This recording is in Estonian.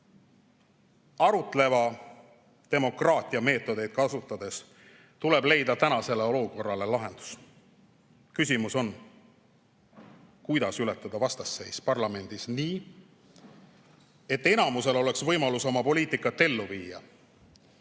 Arutleva demokraatia meetodeid kasutades tuleb leida tänasele olukorrale lahendus. Küsimus on, kuidas ületada vastasseis parlamendis nii, et enamusel oleks võimalus oma poliitikat ellu viia